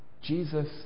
Jesus